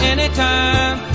Anytime